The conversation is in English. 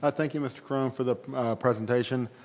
ah thank you, mr. chrome, for the presentation.